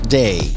day